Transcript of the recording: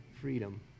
freedom